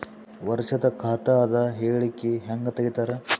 ವರ್ಷದ ಖಾತ ಅದ ಹೇಳಿಕಿ ಹೆಂಗ ತೆಗಿತಾರ?